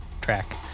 track